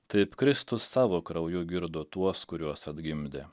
taip kristus savo krauju girdo tuos kuriuos atgimdė